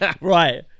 Right